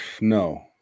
No